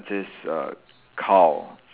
this err cow